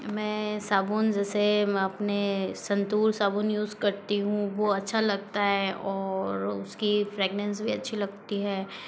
मैं साबुन जैसे मैं अपने संतूर साबुन यूज़ करती हूँ वो अच्छा लगता है और उसकी फ्रेगनेन्स भी अच्छी लगती है